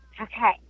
Okay